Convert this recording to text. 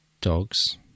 dogs